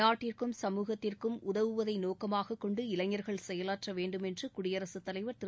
நாட்டிற்கும் சமூகத்திற்கும் உதவுவதை நோக்கமாகக் கொண்டு இளைஞர்கள் செயலாற்ற வேண்டும் என்று குடியரசுத்தலைவா் திரு